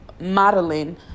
modeling